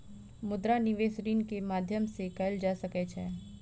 मुद्रा निवेश ऋण के माध्यम से कएल जा सकै छै